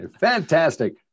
Fantastic